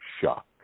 shock